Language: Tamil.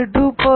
n 2k